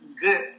good